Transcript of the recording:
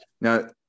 Now